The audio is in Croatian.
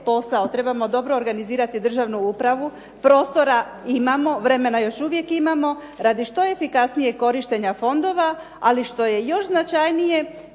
posao, trebamo dobro organizirati državnu upravu. Prostora imamo, vremena još uvijek imamo radi što efikasnijeg korištenja fondova, ali što je još značajnije